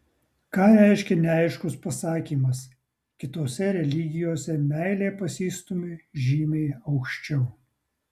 ką reiškia neaiškus pasakymas kitose religijose meilė pasistūmi žymiai aukščiau